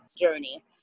journey